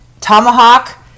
tomahawk